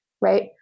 right